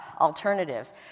alternatives